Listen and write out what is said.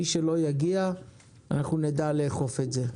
מי שלא יגיע אנחנו נדע לאכוף את זה.